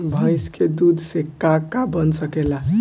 भइस के दूध से का का बन सकेला?